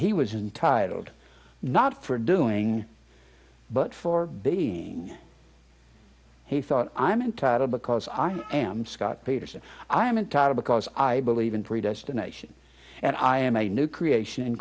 he was entitled not for doing but for being he thought i'm entitled because i am scott peterson i am entirely because i believe in predestination and i am a new creation